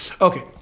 Okay